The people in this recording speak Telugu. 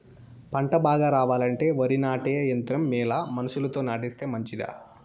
పంట బాగా రావాలంటే వరి నాటే యంత్రం మేలా మనుషులతో నాటిస్తే మంచిదా?